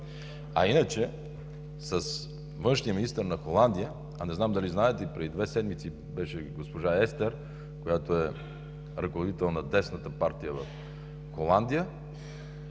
А иначе, с външния министър на Холандия, не знам дали знаете, че преди две седмици госпожа Естер – ръководител на дясната партия в Холандия,